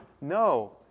No